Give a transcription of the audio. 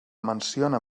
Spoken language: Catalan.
menciona